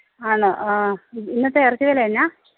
ആണ് ഇന്നത്തെ ഇറച്ചി വില എന്നാണ്